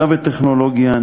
מדע וטכנולוגיה,